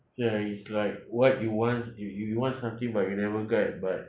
ya it's like what you want s~ you you you want something but you never get but